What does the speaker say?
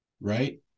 Right